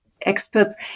experts